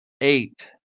eight